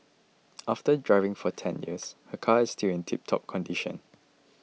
after driving for ten years her car is still in tiptop condition